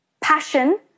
Passion